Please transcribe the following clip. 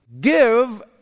Give